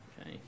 Okay